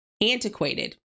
antiquated